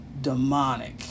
demonic